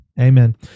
Amen